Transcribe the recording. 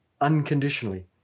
unconditionally